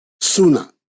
sooner